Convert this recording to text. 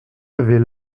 avait